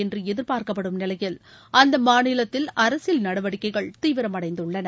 என்று எதிர்பார்க்கப்படும் நிலையில் அந்த மாநிலத்தில் அரசியல் நடவடிக்கைகள் தீவிரம் அடைந்துள்ளன